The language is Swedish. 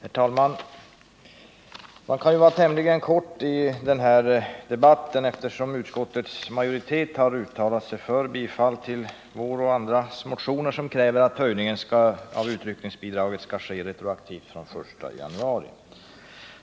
Herr talman! Jag kan fatta mig tämligen kort i den här debatten, eftersom utskottets majoritet har uttalat sig för bifall till vår och andras motioner som kräver att höjningen av utryckningsbidraget skall ske retroaktivt från den 1 januari.